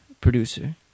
producer